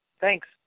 Thanks